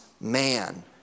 man